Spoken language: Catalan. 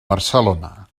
barcelona